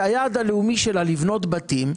שהיעד הלאומי שלה לבנות בתים,